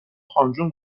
خانجون